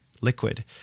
liquid